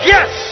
Yes